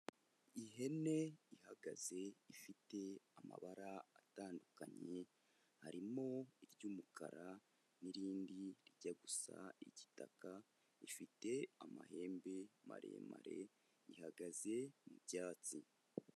Ihene ihagaze, ifite amabara atandukanye, harimo iry'umukara, n'irindi rijya gusa igitaka, ifite amahembe maremare, ihagaze mu byatsi.